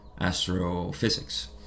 astrophysics